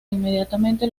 inmediatamente